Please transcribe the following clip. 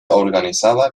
organizada